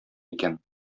икән